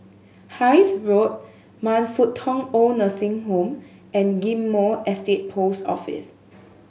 Hythe Road Man Fut Tong Old Nursing Home and Ghim Moh Estate Post Office